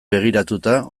begiratuta